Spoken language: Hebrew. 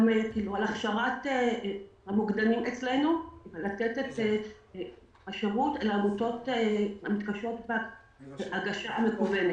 על הכשרת המוקדנים אצלנו לתת את השירות לעמותות המתקשות בהגשה המקוונת.